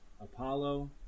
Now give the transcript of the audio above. Apollo